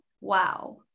Wow